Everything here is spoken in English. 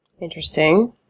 interesting